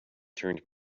turned